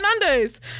nando's